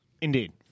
Indeed